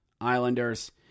Islanders